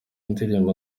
ndirimbo